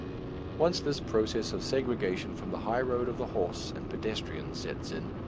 once this process of segregation from the high road of the horse and pedestrian sets in,